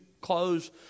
close